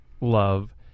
love